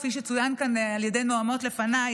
כפי שצוין כאן על ידי נואמות לפניי,